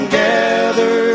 gather